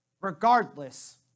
Regardless